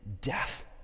death